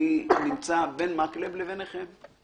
נמצא בין חבר הכנסת מקלב לביניכם.